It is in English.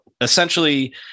essentially